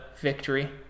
victory